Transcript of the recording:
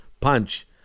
punch